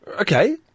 Okay